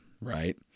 right